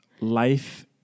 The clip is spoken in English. life